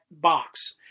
box